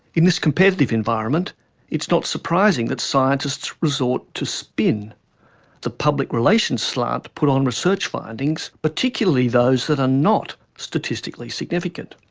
in this competitive environment it is not surprising that scientists resort to spin the public relations slant put on research findings, particularly those that are not statistically significant.